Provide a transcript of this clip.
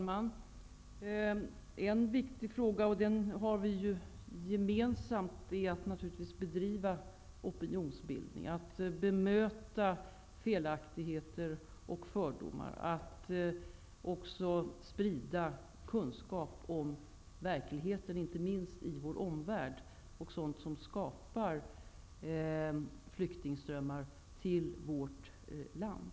Herr talman! För det första har vi en viktig fråga gemensam. Den handlar naturligtvis om att bedriva opinionsbildning. Vi måste bemöta felaktigheter och fördomar. Vi måste även sprida kunskap om verkligheten, inte minst sådan den ter sig i vår omvärld, och om sådant som skapar flyktingströmmar till vårt land.